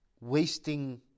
wasting